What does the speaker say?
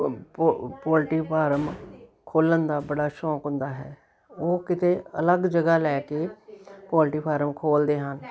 ਪੋ poultry farm ਖੋਲ੍ਹਣ ਦਾ ਬੜਾ ਸ਼ੌਕ ਹੁੰਦਾ ਹੈ ਉਹ ਕਿਤੇ ਅਲੱਗ ਜਗ੍ਹਾ ਲੈ ਕੇ ਪੋਲਟਰੀ ਫਾਰਮ ਖੋਲ੍ਹਦੇ ਹਨ